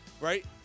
Right